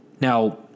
Now